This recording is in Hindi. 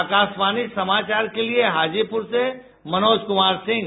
आकाशवाणी समाचार के लिए हाजीपुर से मनोज कुमार सिंह